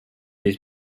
his